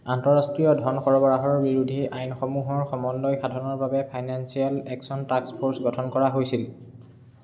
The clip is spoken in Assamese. আন্তঃৰাষ্ট্ৰীয় ধন সৰবৰাহৰ বিৰোধী আইনসমূহৰ সমন্বয় সাধনৰ বাবে ফাইনেন্সিয়েল একশ্যন টাস্ক ফ'ৰ্চ গঠন কৰা হৈছিল